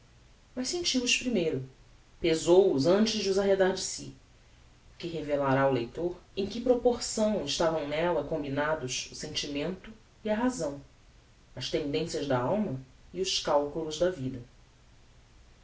mas sentiu os primeiro pezou os antes de os arredar de si o que revelará ao leitor em que proporção estavam nella combinados o sentimento e a razão as tendencias da alma e os calculos da vida